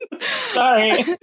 Sorry